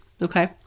Okay